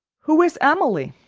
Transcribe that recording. who is emily?